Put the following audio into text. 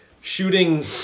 shooting